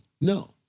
no